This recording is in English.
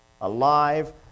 Alive